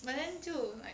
but then 就 like